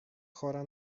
chora